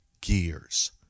gears